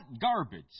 garbage